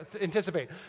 anticipate